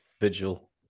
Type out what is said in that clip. vigil